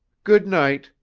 good-night,